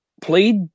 played